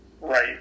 Right